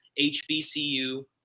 HBCU